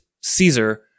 Caesar